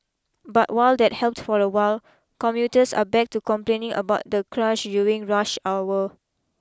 but while that helped for a while commuters are back to complaining about the crush during rush hour